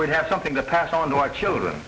we have something to pass on to our children